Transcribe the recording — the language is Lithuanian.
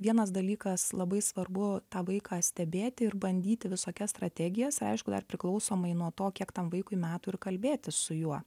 vienas dalykas labai svarbu tą vaiką stebėti ir bandyti visokias strategijas aišku dar priklausomai nuo to kiek tam vaikui metų ir kalbėtis su juo